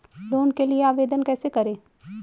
Loan के लिए आवेदन कैसे करें?